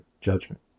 judgment